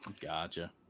Gotcha